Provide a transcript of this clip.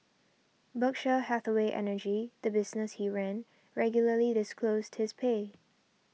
Berkshire Hathaway Energy the business he ran regularly disclosed his pay